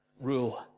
rule